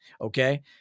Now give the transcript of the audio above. okay